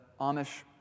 Amish